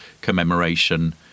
commemoration